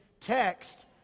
text